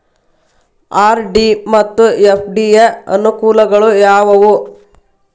RD ಮತ್ತು FD ಯ ಅನುಕೂಲಗಳು ಯಾವವು?